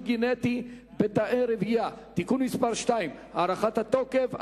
גנטי בתאי רבייה) (תיקון מס' 2) (הארכת התוקף),